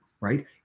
right